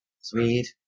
Sweet